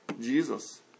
Jesus